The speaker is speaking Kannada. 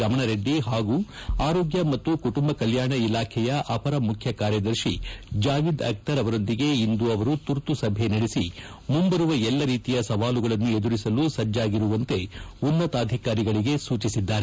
ರಮಣರೆಡ್ಡಿ ಪಾಗೂ ಆರೋಗ್ಯ ಮತ್ತು ಕುಟುಂಬ ಕಲ್ಲಾಣ ಇಲಾಖೆಯ ಅಪರ ಮುಖ್ಯ ಕಾರ್ಯದರ್ಶಿ ಜಾವೀದ್ ಅಕ್ತರ್ ಅವರೊಂದಿಗೆ ಇಂದು ಅವರು ತುರ್ತು ಸಭೆ ನಡೆಸಿ ಮುಂಬರುವ ಎಲ್ಲ ರೀತಿಯ ಸವಾಲುಗಳನ್ನು ಎದುರಿಸಲು ಸಜ್ಜಾಗಿರುವಂತೆ ಉನ್ನತಾಧಿಕಾರಿಗಳಿಗೆ ಸೂಚಿಸಿದ್ದಾರೆ